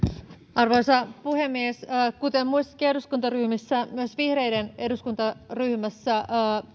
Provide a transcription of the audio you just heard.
arvoisa puhemies kuten muissakin eduskuntaryhmissä myös vihreiden eduskuntaryhmässä